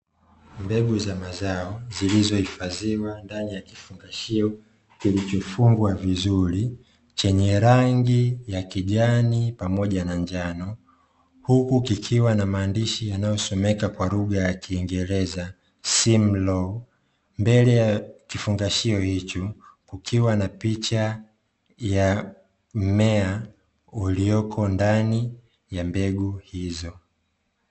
Mbegu za mazao zilizohifadhiwa ndani ya kifungashio kilichofungwa vizuri, chenye rangi ya kijani pamoja na njano. Huku kikiwa na maandishi yanayosomeka kwa lugha ya kiingereza "simlaw" mbele ya kifungashio hicho kukiwa na picha ya mmea ulioko ndani ya mbegu hizo.